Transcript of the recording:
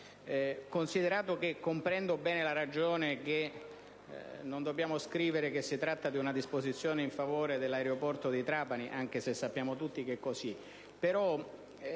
Considerato che comprendo bene la ragione per cui non dobbiamo scrivere che si tratta di una disposizione in favore dell'aeroporto di Trapani, anche se sappiamo tutti che è così,